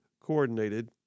coordinated